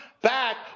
back